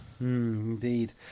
Indeed